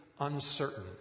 uncertain